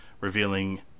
revealing